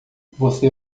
você